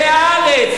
ב"הארץ",